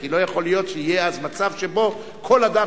כי לא יכול להיות שיהיה אז מצב שכל אדם